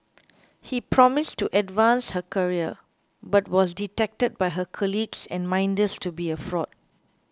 he promised to advance her career but was detected by her colleagues and minders to be a fraud